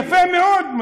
יפה מאוד.